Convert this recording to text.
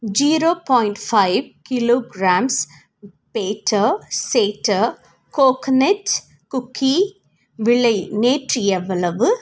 zero point five kilograms பேட்டர் சேட்டர் coconut cookie விலை நேற்று எவ்வளவு